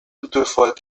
toutefois